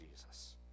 Jesus